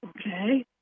Okay